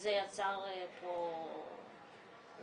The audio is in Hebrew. וזה יצר פה מהומות.